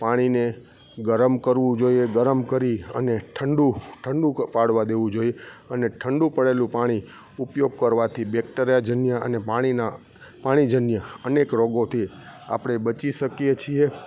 પાણીને ગરમ કરવું જોઈએ ગરમ કરી અને ઠંડુ ઠંડુ પાડવા દેવું જોઈએ અને ઠંડુ પડેલું પાણી ઉપયોગ કરવાથી બેક્ટેરિયાજન્ય અને પાણીનાં પાણીજન્ય અનેક રોગોથી આપણે બચી શકીએ છીએ